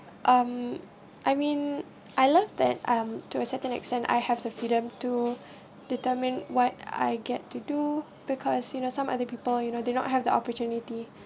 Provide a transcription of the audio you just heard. um I mean I love that um to a certain extent I have the freedom to determine what I get to do because you know some other people you know did not have the opportunity